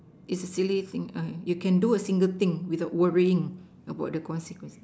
it's a silly thing you can do a single thing without worrying about the consequences